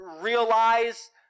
realize